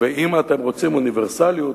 אם אתם רוצים אוניברסליות,